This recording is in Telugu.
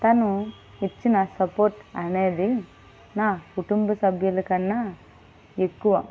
తను ఇచ్చిన సపోర్ట్ అనేది నా కుటుంబ సభ్యుల కన్నా ఎక్కువ